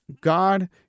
God